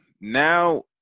Now